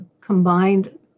combined